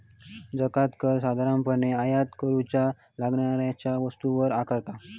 जकांत कर साधारणपणे आयात करूच्या लागणाऱ्या वस्तूंवर आकारतत